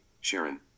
Sharon